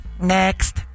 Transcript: next